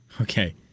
Okay